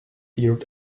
heard